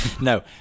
No